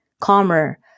calmer